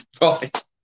Right